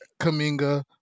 Kaminga